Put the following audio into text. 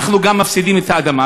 אנחנו גם מפסידים את האדמה.